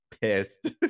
pissed